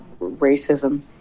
racism